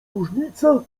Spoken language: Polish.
różnica